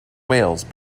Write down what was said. wales